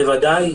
בוודאי.